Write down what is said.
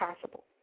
possible